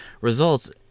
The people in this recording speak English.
Results